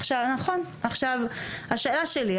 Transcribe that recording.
השאלה שלי,